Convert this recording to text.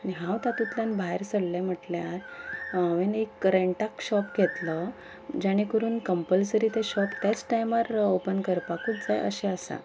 हांव तातूंतल्यान भायर सरलें म्हटल्यार हांवें एक रेंटाक शॉप घेतलो जाणें करून कम्पलसरी तें शॉप त्याच टायमार ऑपन करपाकूच जाय अशें आसा